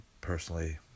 personally